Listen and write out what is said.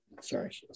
Sorry